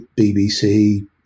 BBC